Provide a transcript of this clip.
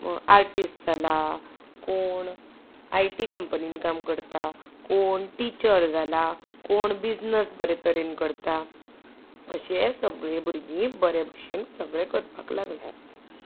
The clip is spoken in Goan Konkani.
आर्टिस्ट जाला कोण आय टी कंपनीन काम करता कोण टिचर जालां कोण बिजनस बरे तरेन करता अशे सगळे भुरगीं बरे भशेन सगळें करपाक लागल्यात